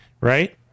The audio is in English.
Right